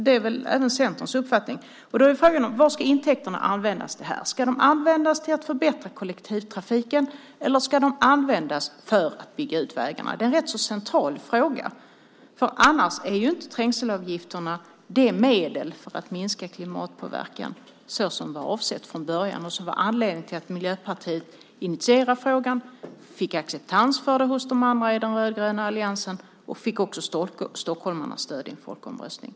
Det är väl även Centerns uppfattning? Då är frågan: Vad ska intäkterna användas till? Ska de användas till att förbättra kollektivtrafiken, eller ska de användas för att bygga ut vägarna? Det är en rätt central fråga. Annars är ju inte trängselavgifterna det medel för att minska klimatpåverkan som var avsett från början och som var anledningen till att Miljöpartiet initierade frågan, fick acceptans för den hos de andra i den rödgröna alliansen och också fick stockholmarnas stöd i en folkomröstning.